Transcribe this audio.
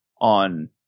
on